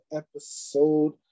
episode